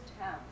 town